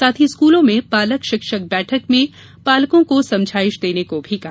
साथ ही स्कूलों में पालक शिक्षक बैठक में पालकों को समझाइश देने को भी कहा